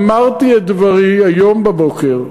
אמרתי את דברי היום בבוקר,